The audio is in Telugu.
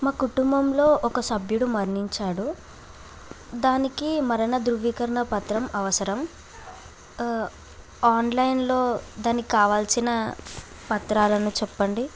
మా కుటుంబంలో ఒక సభ్యుడు మరణించాడు దానికి మరణ ధృవీకరణ పత్రం అవసరం ఆన్లైన్లో దానికి కావాల్సిన పత్రాలను చెప్పండి